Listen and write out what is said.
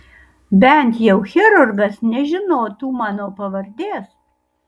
bent jau chirurgas nežinotų mano pavardės